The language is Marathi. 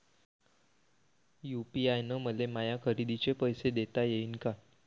यू.पी.आय न मले माया खरेदीचे पैसे देता येईन का?